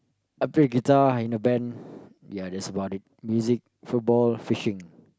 I play guitar in a band ya that's about it music football fishing